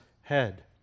head